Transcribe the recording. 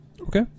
Okay